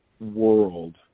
world